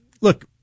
look –